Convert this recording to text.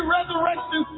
Resurrection